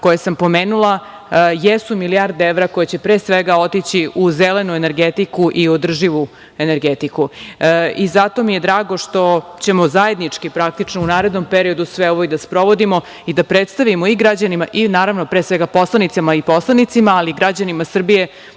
koje sam pomenula jesu milijarde evra koje će pre svega otići u zelenu energetiku i održivu energetiku. Zato mi je drago što ćemo zajednički praktično u narednom periodu sve ovo i da sprovodimo i da predstavimo građanima i naravno, pre svega, poslanicama i poslanicima, ali i građanima Srbije